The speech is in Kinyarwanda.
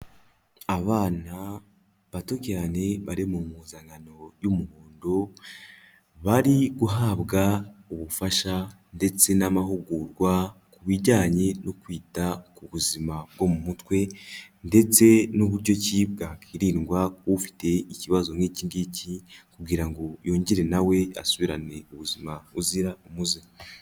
Abana bato cyane bari mu mpuzankano y'umuhondo, bari guhabwa ubufasha ndetse n'amahugurwa ku bijyanye no kwita ku buzima bwo mu mutwe, ndetse n'uburyo ki bwakirindwa k'ufite ikibazo nk'iki ngiki kugira ngo yongere na we asubirane ubuzima buzira umuze.